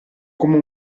come